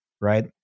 Right